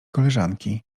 koleżanki